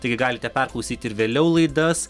taigi galite perklausyti ir vėliau laidas